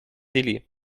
délai